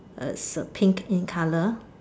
that's a pink in color